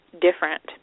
different